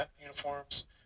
uniforms